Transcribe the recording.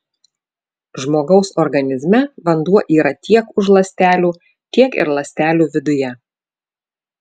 žmogaus organizme vanduo yra tiek už ląstelių tiek ir ląstelių viduje